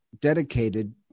dedicated